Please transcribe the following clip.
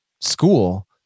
school